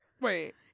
Wait